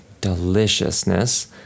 deliciousness